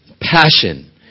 passion